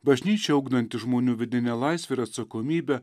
bažnyčia ugdanti žmonių vidinę laisvę ir atsakomybę